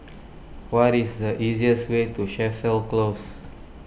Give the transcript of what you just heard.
what is the easiest way to Chapel Close